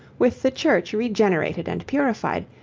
with the church regenerated and purified,